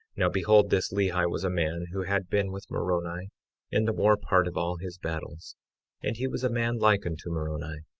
now behold, this lehi was a man who had been with moroni in the more part of all his battles and he was a man like unto moroni,